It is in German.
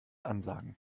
ansagen